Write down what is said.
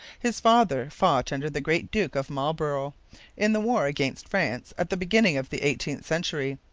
his father fought under the great duke of marlborough in the war against france at the beginning of the century.